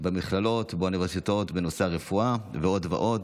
במכללות ובאוניברסיטאות בנושא הרפואה ועוד ועוד.